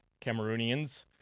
Cameroonians